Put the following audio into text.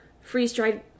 freeze-dried